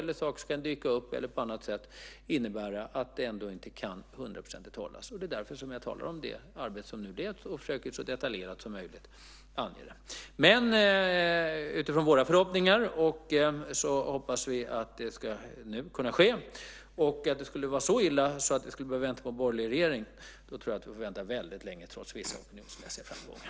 Det kan också dyka upp saker som kan innebära att detta inte kan hållas till hundra procent. Det är därför jag talar om det arbete som nu sker och så detaljerat som möjligt försöker ange det. Vi hoppas att det ska kunna ske nu. Om det skulle vara så illa att vi behöver vänta på en borgerlig regering tror jag att vi får vänta väldigt länge, trots vissa opinionsmässiga framgångar.